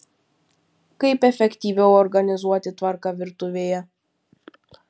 kaip efektyviau organizuoti tvarką virtuvėje